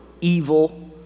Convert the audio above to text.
evil